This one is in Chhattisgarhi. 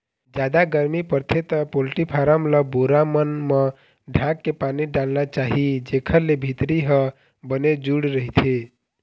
जादा गरमी परथे त पोल्टी फारम ल बोरा मन म ढांक के पानी डालना चाही जेखर ले भीतरी ह बने जूड़ रहिथे